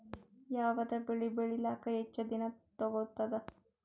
ಯಾವದ ಬೆಳಿ ಬೇಳಿಲಾಕ ಹೆಚ್ಚ ದಿನಾ ತೋಗತ್ತಾವ?